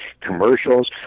commercials